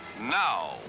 now